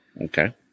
Okay